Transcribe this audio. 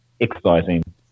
exercising